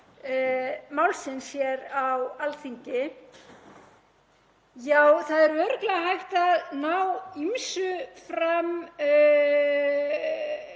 málsins á Alþingi. Já, það er örugglega hægt að ná ýmsu fram